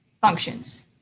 functions